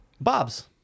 Bob's